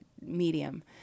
medium